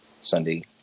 Sunday